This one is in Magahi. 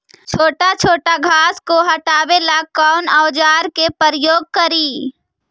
छोटा छोटा घास को हटाबे ला कौन औजार के प्रयोग करि?